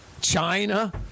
China